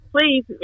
please